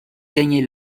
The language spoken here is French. gagner